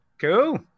cool